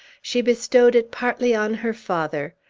she bestowed it partly on her father,